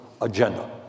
agenda